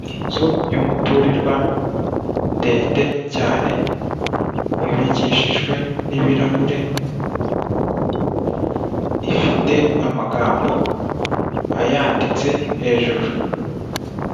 Inzu y'umuturirwa ndende cyane yubakishijwe n'ibirahure ifite amagambo ayanditse hejuru.